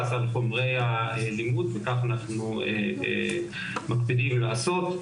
על חומרי הלימוד וכך אנחנו מקפידים לעשות.